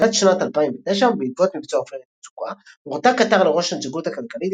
בתחילת שנת 2009 בעקבות מבצע עופרת יצוקה הורתה קטר לראש הנציגות הכלכלית